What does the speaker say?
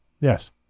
yes